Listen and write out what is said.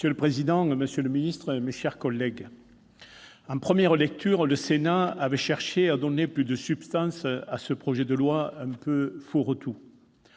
Monsieur le président, monsieur le secrétaire d'État, mes chers collègues, en première lecture, le Sénat avait cherché à donner plus de substance à ce projet de loi un peu fourre-tout.